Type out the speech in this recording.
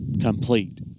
complete